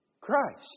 Christ